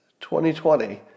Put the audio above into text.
2020